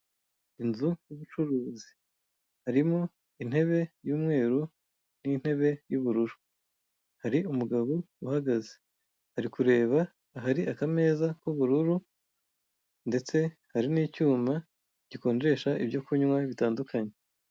Inzu y'ubucuruzi, harimo intebe y'umweru n'intebe y'ubururu, hari umugabo uhagaze ari kureba ahari akameza k'ubururu ndetse hari n'icyuma gikonjesha ibyo kunywa bitandukanye.